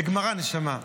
זה גמרא, נשמה.